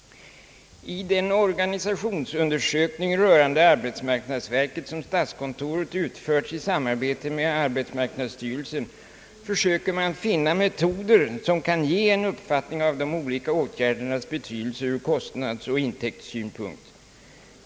I den organisationsutredning rörande arbetsmarknadsverket, som statskontoret har utfört i samarbete med arbetsmarknadsstyrelsen, försöker man finna metoder som kan ge en uppfattning om de olika åtgärdernas betydelse ur kostnadsoch intäktssynpunkt.